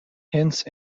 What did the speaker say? hence